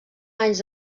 anys